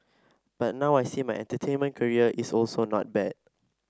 but now I see my entertainment career is also not bad